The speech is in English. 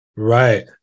right